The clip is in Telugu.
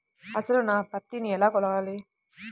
అసలు నా పత్తిని ఎలా కొలవాలి?